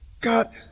God